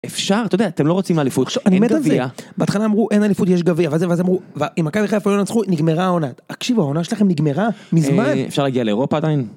אפשר, אתה יודע, אתם לא רוצים אליפות, אני מת על זה, בהתחלה אמרו אין אליפות, יש גביע, ואז אמרו, אם מכבי חיפה לא ינצחו, נגמרה העונה, תקשיבו, העונה שלכם נגמרה מזמן, אפשר להגיע לאירופה עדיין?